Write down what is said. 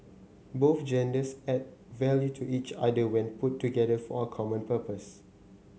both genders add value to each other when put together for a common purpose